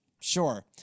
sure